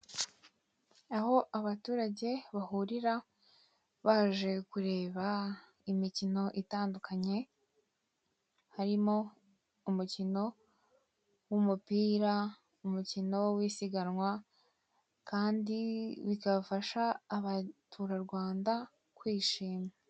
Aho abaturage bahurira baje kureba imikino itandukanye harimo umukino w'umupira, umukino w'isiganwa kandi bigafasha Abaturarwanda kwishima.